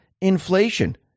inflation